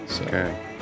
Okay